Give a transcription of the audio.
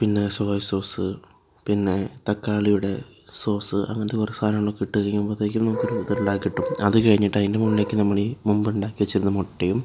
പിന്നെ soya sauce പിന്നെ തക്കാളിയുടെ സോസ് അങ്ങനത്തെ കുറേ സാധനങ്ങളൊക്കെ ഇട്ട് കഴിയുമ്പോഴത്തേക്ക് നമുക്കൊരു ഇത് ഉണ്ടാക്കി കിട്ടും അത് കഴിഞ്ഞിട്ട് അതിൻ്റെ മുകളിലേക്ക് മുമ്പുണ്ടാക്കിവെച്ചിരുന്ന മുട്ടയും